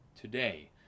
Today